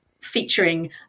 featuring